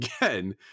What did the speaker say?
again